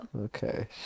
Okay